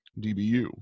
DBU